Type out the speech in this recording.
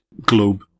globe